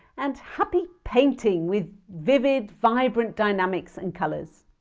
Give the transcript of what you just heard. and happy painting with vivid, vibrant dynamics and colours!